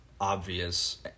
obvious